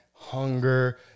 hunger